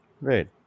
Right